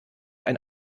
ein